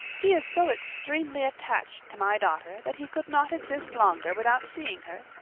he is so extremely attached to my daughter that he could not exist longer without seeing her.